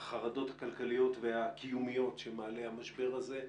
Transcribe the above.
מהחרדות הכלכליות והקיומיות שמעלה המשבר הזה,